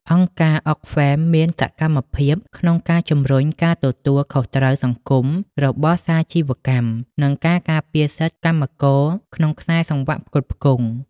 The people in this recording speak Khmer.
អង្គការ Oxfam មានសកម្មក្នុងការជំរុញ "ការទទួលខុសត្រូវសង្គមរបស់សាជីវកម្ម " និងការការពារសិទ្ធិកម្មករក្នុងខ្សែសង្វាក់ផ្គត់ផ្គង់។